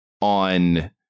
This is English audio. on